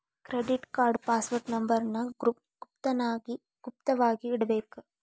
credit card password number ಗುಪ್ತ ವಾಗಿ ಇಟ್ಟಿರ್ಬೇಕ